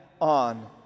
on